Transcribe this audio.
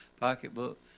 pocketbook